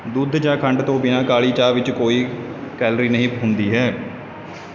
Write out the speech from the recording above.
ਦੁੱਧ ਜਾਂ ਖੰਡ ਤੋਂ ਬਿਨਾ ਕਾਲੀ ਚਾਹ ਵਿੱਚ ਕੋਈ ਕੈਲੋਰੀ ਨਹੀਂ ਹੁੰਦੀ ਹੈ